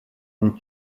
and